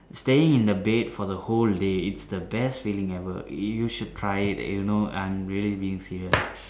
staying in the bed for the whole day it's the best feeling ever you should try it you know I am really being serious